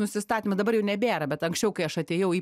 nusistatymas dabar jau nebėra bet anksčiau kai aš atėjau į